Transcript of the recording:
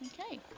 Okay